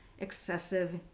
excessive